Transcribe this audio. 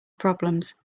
problems